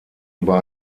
über